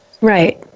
Right